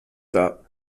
dar